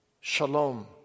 shalom